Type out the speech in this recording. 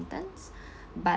but